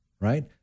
right